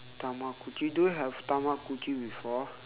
tamagotchi do you have tamagotchi before